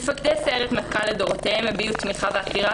מפקדי סיירת מטכ"ל לדורותיהם הביעו תמיכה בעתירה